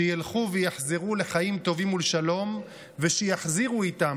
שילכו ויחזרו לחיים טובים ולשלום ושיחזירו איתם